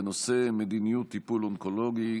בנושא: מדיניות טיפול אונקולוגי.